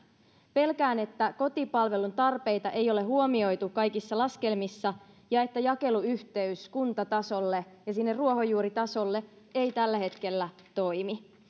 pelkään että kotipalvelun tarpeita ei ole huomioitu kaikissa laskelmissa ja että jakeluyhteys kuntatasolle ja sinne ruohonjuuritasolle ei tällä hetkellä toimi